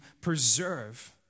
preserve